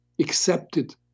accepted